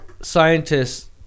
scientists